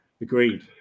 Agreed